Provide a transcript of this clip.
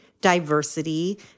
diversity